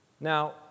Now